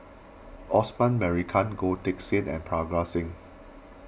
Osman Merican Goh Teck Sian and Parga Singh